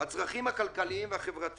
לאומנים יש צרכים כלכליים וחברתיים,